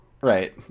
Right